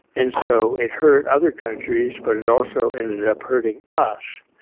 and so it hurt other countries but it also ended up hurting us.